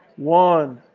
one.